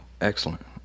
Excellent